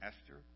Esther